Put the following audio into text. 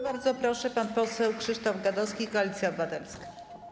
Bardzo proszę, pan poseł Krzysztof Gadowski, Koalicja Obywatelska.